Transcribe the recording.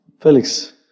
Felix